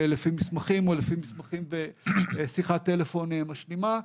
לפי מסמכים או לפי מסמכים ושיחת טלפון משלימה.